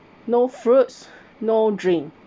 no fruits no drink